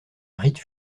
rite